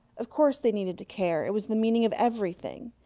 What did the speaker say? of course they needed to care. it was the meaning of everything.